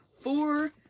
four